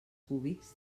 cúbics